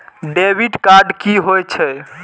Debit card की होय छे?